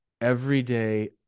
everyday